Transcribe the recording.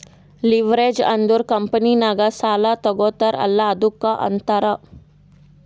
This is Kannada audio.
ಲಿವ್ರೇಜ್ ಅಂದುರ್ ಕಂಪನಿನಾಗ್ ಸಾಲಾ ತಗೋತಾರ್ ಅಲ್ಲಾ ಅದ್ದುಕ ಅಂತಾರ್